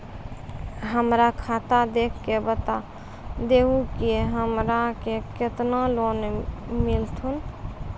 हमरा खाता देख के बता देहु के हमरा के केतना लोन मिलथिन?